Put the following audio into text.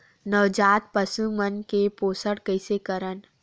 नवजात पशु मन के पोषण कइसे करन?